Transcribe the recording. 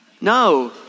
No